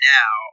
now